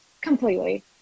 Completely